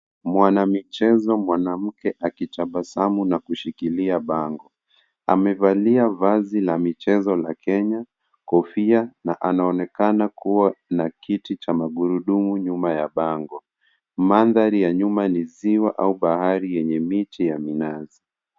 Mwanamichezo mwanamke akitabasamu na kushikilia bango. Amevalia vazi la michezo la Kenya, kofia na anaonekana kuwa na kiti cha magurudumu nyuma ya bango. Mandhari ya nyuma ni ziwa au bahari yenye miche ya minazi.